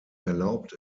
erlaubt